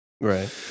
right